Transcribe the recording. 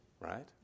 Right